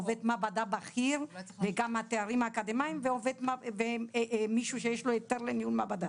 עובד מעבדה בכיר וגם התארים האקדמאים ומישהו שיש לו היתר לניהול מעבדה.